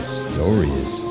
stories